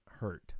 hurt